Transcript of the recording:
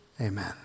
Amen